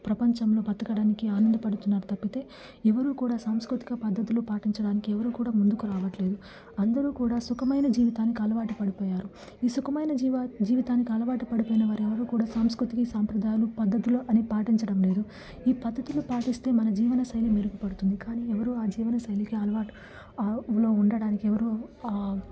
ప్రపంచంలో బతకడానికి ఆనంద పడుతున్నారు తప్పితే ఎవరూ కూడా సంస్కృతిక పద్ధతులు పాటించడానికి ఎవరు కూడ ముందుకు రావట్లేదు అందరూ కూడ సుఖమైన జీవితానికి అలవాటు పడిపోయారు ఈ సుఖమైన జీవ జీవితానికి అలవాటు పడిపోయిన వారెవరు కూడా సాంస్కృతి సాంప్రదాయ పద్ధతులు అని పాటించడం లేదు ఈ పద్ధతులు పాటిస్తే మన జీవనశైలి మెరుగుపడుతుంది కాని ఎవరు ఆ జీవనశైలికి అలవాటు లో ఉండడానికి ఎవరూ ఆ